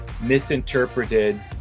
misinterpreted